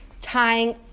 tying